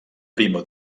primo